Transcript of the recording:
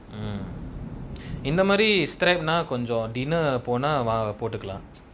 mm இந்தமாரி:inthamaari strap னா கொஞ்சோ:naa konjo dinner போனா:ponaa va~ போட்டுகலா:potukalaa